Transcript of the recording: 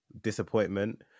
disappointment